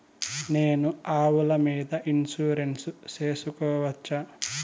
నేను ఆవుల మీద ఇన్సూరెన్సు సేసుకోవచ్చా?